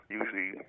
usually